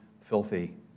filthy